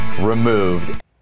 removed